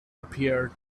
appeared